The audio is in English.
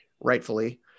rightfully